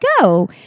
go